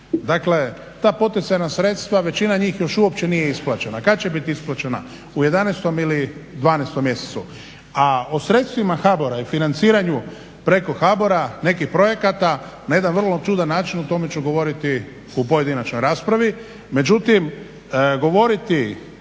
Dakle, ta poticajna sredstva, većina njih još uvijek nije isplaćena. Kad će biti isplaćena? U jedanaestom ili dvanaestom mjesecu? A o sredstvima HBOR-a i financiranju preko HBOR-a nekih projekata na jedan vrlo čudan način o tome ću govoriti u pojedinačnoj raspravi.